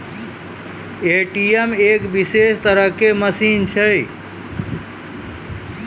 ATM एक विशेष तरहो के मशीन छै